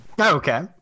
Okay